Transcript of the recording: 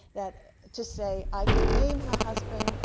that to say, i could name her husband,